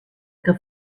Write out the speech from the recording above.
que